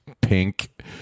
pink